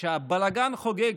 כשהבלגן חוגג,